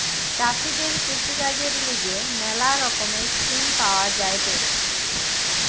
চাষীদের কৃষিকাজের লিগে ম্যালা রকমের স্কিম পাওয়া যায়েটে